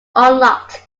unlocked